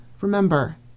Remember